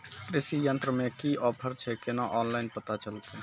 कृषि यंत्र मे की ऑफर छै केना ऑनलाइन पता चलतै?